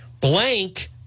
blank